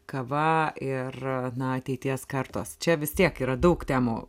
kava ir na ateities kartos čia vis tiek yra daug temų